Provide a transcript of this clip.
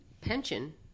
pension